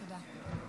תודה.